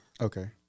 Okay